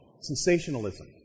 sensationalism